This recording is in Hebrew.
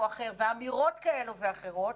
מה זו ההפקרות הזאת?